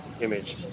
image